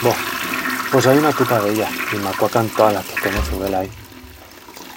Boh... pos ai una tupa d'ellas i m'aquacan toas las que conoçu, velaí...